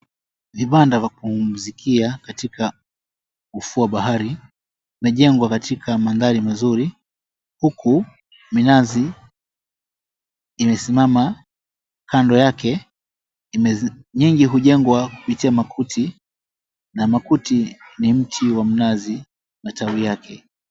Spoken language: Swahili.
Vibanda vya kupumzika katika ufuo wa bahari, vimejengwa katika mandhari mazuri, huku minazi imesimama kando yake. Nyingi hujengwa kupitia makuti. Na makuti ni mti wa mnazi na tawi yake.